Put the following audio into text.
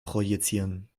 projizieren